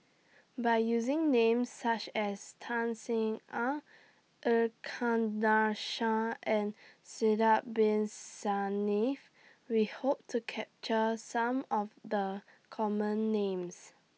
By using Names such as Tan Sin Aun Shah and Sidek Bin Saniff We Hope to capture Some of The Common Names